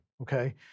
okay